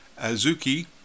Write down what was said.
Azuki